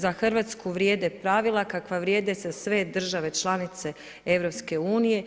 Za Hrvatsku vrijede pravila kakva vrijede za sve države članice EU.